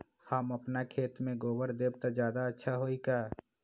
हम अपना खेत में गोबर देब त ज्यादा अच्छा होई का?